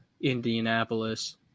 Indianapolis